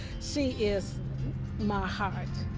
she is my heart.